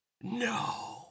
No